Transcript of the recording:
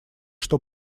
что